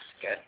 good